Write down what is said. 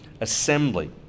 assembly